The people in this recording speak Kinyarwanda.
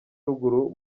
ruguru